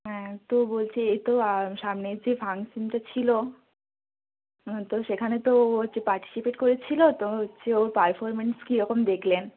হ্যাঁ তো বলছি এই তো সামনের যে ফাংশনটা ছিল তো সেখানে তো ও হচ্ছে পার্টিসিপেট করেছিল তো হচ্ছে ওর পারফরমেন্স কীরকম দেখলেন